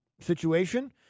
situation